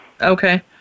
Okay